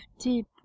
deep